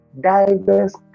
diverse